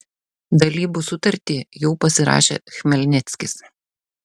dalybų sutartį jau pasirašė chmelnickis